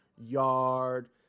yard